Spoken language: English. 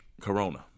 Corona